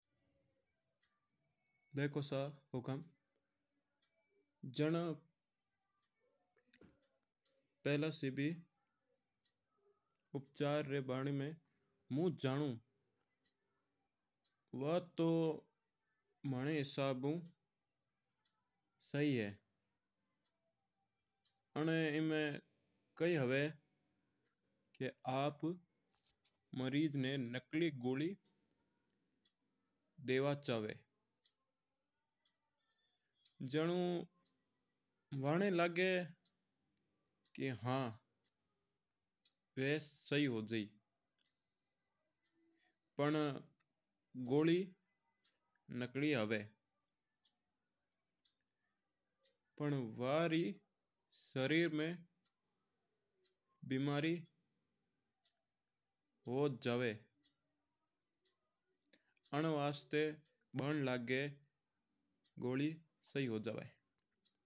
देखो सा हुकम जाना पहला सा भी उपचार र बारे में म्यूं जानूं हूं। वो तौ मना हिसाब हूं सही है आना इनमे काई हुवा मरीज ना आप नकली गोली देवा चवा। जानो वाना लगी का हा बा शी हू जायी पन गोली नकली आवे पर व री शरीर में बीमारी हू जवा। अन्न वास्ता नकली दवाई कोन लेनी।